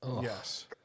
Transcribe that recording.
Yes